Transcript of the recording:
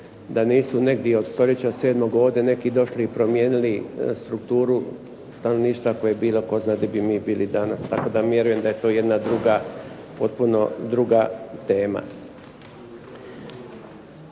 da nisu negdje od stoljeća 7. ovdje neki došli i promijenili strukturu stanovništva koja je bila, tko zna gdje bi mi bili danas tako da vjerujem da je to jedna druga, potpuno druga tema.